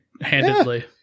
handedly